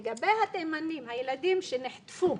לגבי התימנים, הילדים שנחטפו,